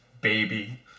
Baby